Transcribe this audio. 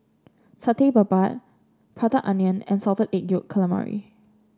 Satay Babat Prata Onion and Salted Egg Yolk Calamari